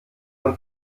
und